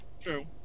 True